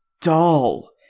dull